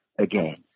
again